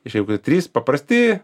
šiaip jau trys paprasti